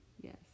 Yes